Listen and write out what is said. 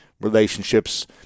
relationships